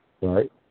Right